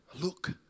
Look